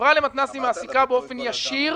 החברה למתנסים מעסיקה באופן ישיר